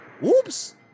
Whoops